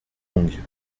longue